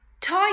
toy